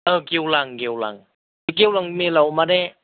ओ गेवलां गेवलां बे गेवलां मेलाव माने